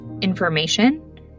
information